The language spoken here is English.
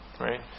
right